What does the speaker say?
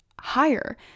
higher